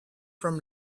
from